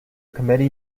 committee